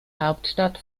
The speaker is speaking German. hauptstadt